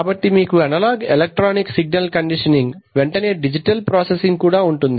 కాబట్టి మీకు analogue electronic signal conditioning వెంటనే డిజిటల్ ప్రాసెసింగ్ కూడా ఉంటుంది